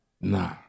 Nah